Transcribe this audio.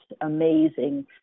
amazing